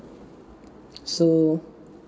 so